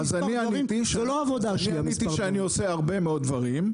אז אני עניתי, שאני עושה הרבה מאוד דברים,